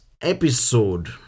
episode